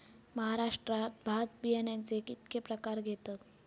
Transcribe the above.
महाराष्ट्रात भात बियाण्याचे कीतके प्रकार घेतत?